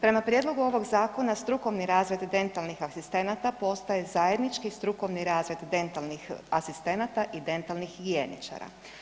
Prema prijedlogu ovog Zakona, strukovni razred dentalnih asistenata postaje zajednički strukovni razred dentalnih asistenata i dentalnih higijeničara.